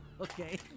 Okay